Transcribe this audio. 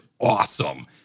awesome